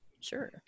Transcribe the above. Sure